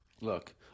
look